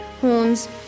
horns